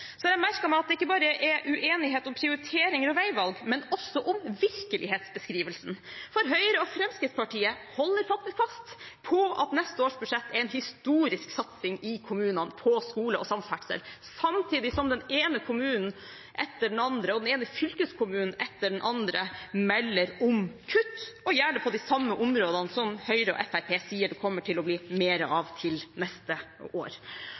Så har jeg merket meg at det ikke bare er uenighet om prioriteringer og veivalg, men også om virkelighetsbeskrivelsen, for Høyre og Fremskrittspartiet holder faktisk fast på at neste års budsjett er en historisk satsing på skole og samferdsel i kommunene, samtidig som den ene kommunen etter den andre og den ene fylkeskommunen etter den andre melder om kutt, og gjerne på de samme områdene som Høyre og Fremskrittspartiet sier det kommer til å bli mer av til neste år.